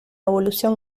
evolución